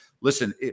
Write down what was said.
Listen